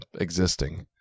existing